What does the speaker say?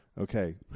okay